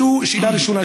זאת שאלה ראשונה.